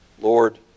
Lord